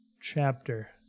chapter